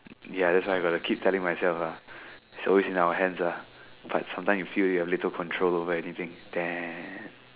ya that's why got to keep telling myself lah it's always in our hands lah but sometime you feel you have little control over anything damn